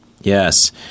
Yes